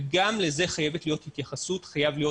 וגם לזה חייבת להיות התייחסות, חייב להיות